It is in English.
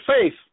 faith